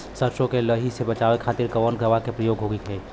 सरसो के लही से बचावे के खातिर कवन दवा के प्रयोग होई?